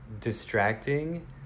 distracting